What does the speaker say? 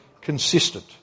consistent